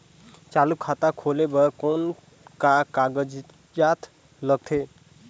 चालू खाता खोले बर कौन का कागजात लगथे?